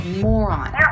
moron